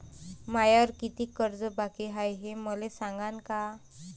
मायावर कितीक कर्ज बाकी हाय, हे मले सांगान का?